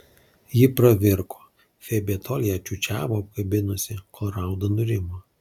ji pravirko febė tol ją čiūčiavo apkabinusi kol rauda nurimo